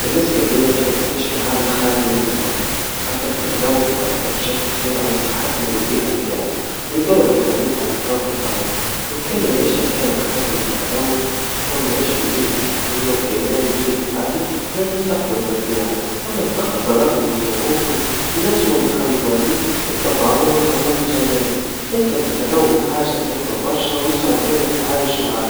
بالنسبا ليا نحب نعيش في عالم خالي من التلوث, على خاطر التلوث يأثر بشكل كبير على صحتنا والبيئا متاعنا, لويضر بالحياة على كوكب الأرض, لو كان العيشا كانت خاليا من التلوث, كون نعيش في بيئا صحيا وآمنا للجيل الحال والمستقبل بالطبيعا, أما الفقر بالرغم من صعوبته, ننجموا نتغلبوا عليه بالتضامن والعمل الجماعي, لكن التلوث حاجا صعيبا برشا ويصعب زادا التعايش معاه.